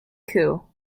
coup